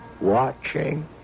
watching